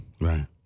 Right